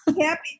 happy